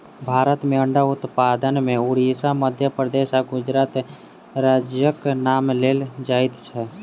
भारत मे अंडा उत्पादन मे उड़िसा, मध्य प्रदेश आ गुजरात राज्यक नाम लेल जाइत छै